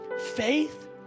Faith